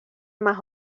más